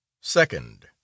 Second